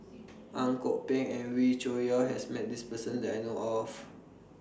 Ang Kok Peng and Wee Cho Yaw has Met This Person that I know of